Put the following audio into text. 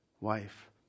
wife